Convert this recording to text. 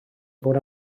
fod